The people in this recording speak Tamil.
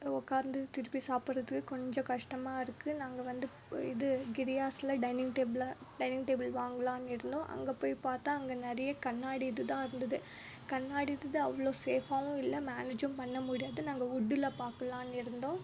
உட்காந்து திருப்பி சாப்பிடுறதுக்கு கொஞ்சம் கஷ்டமாக இருக்குது நாங்கள் வந்து இது கிரியாஸில் டைனிங் டேபுளை டைனிங் டேபுள் வாங்கலாம்னு இருந்தோம் அங்கே போய் பார்த்தா அங்கே நிறைய கண்ணாடி இது தான் இருந்தது கண்ணாடி இதுது அவ்வளோ சேஃபாகவும் இல்லை மேனேஜும் பண்ண முடியாது நாங்கள் வுட்டில் பார்க்கலாம்னு இருந்தோம்